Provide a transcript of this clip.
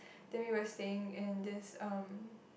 then we were staying in this um